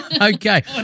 Okay